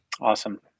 Awesome